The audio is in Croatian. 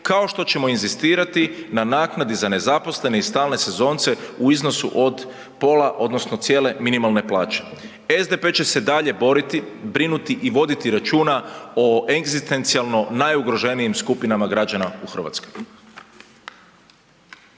kao što ćemo inzistirati na naknadi za nezaposlene i stalne sezonce u iznosu od pola, odnosno cijele minimalne plaće. SDP će se dalje boriti, brinuti i voditi računa o egzistencijalno najugroženijim skupinama građana u Hrvatskoj.